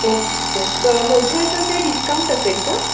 okay तर मोठ्या याच्यावर काही डिस्काउंट असेल का